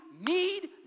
need